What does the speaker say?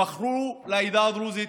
מכרו לעדה הדרוזית: